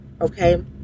okay